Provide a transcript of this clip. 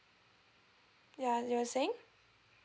ya you were saying